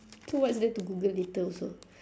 so what is there to google later also